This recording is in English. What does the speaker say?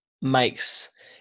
makes